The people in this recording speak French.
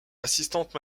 assistantes